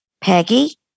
Peggy